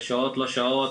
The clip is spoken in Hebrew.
בשעות לא שעות,